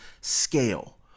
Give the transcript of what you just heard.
scale